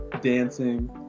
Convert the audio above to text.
dancing